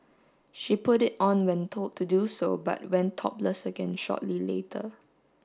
she put it on when told to do so but went topless again shortly later